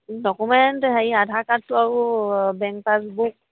document হেৰি আধাৰ কাৰ্ডটো আৰু বেংক পাছবুক